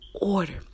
order